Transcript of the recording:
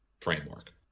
framework